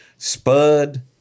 Spud